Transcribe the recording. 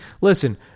listen